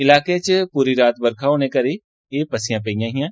इलाके इच पूरी रात बरखा होने करी एह पस्सियां पेइयां हिआं